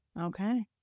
Okay